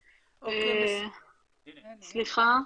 סליחה,